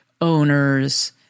owners